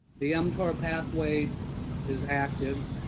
the mtor pathway is active.